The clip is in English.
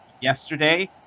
yesterday